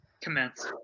Commence